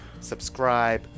subscribe